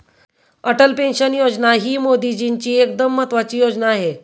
Atal pension योजना ही मोदीजींची एकदम महत्त्वाची योजना आहे